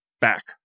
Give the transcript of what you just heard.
back